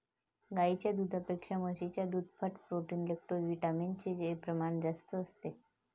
गाईच्या दुधापेक्षा म्हशीच्या दुधात फॅट, प्रोटीन, लैक्टोजविटामिन चे प्रमाण जास्त असते